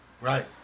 Right